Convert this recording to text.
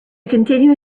continue